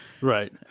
Right